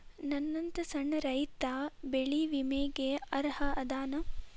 ನನ್ನಂತ ಸಣ್ಣ ರೈತಾ ಬೆಳಿ ವಿಮೆಗೆ ಅರ್ಹ ಅದನಾ?